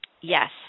Yes